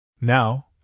Now